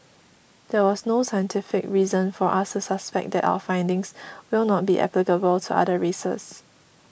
there was no scientific reason for us suspect that our findings will not be applicable to other races